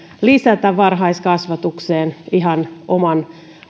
lisätä varhaiskasvatukseen ihan oman